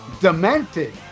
demented